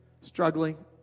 struggling